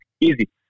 Easy